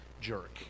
jerk